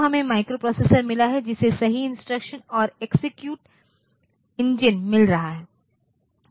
तो हमें माइक्रोप्रोसेसर मिला है जिसे सही इंस्ट्रक्शन और एक्सेक्यूट इंजन मिल रहा है